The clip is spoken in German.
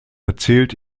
erzählt